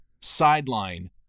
Sideline